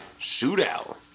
Shootout